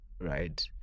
right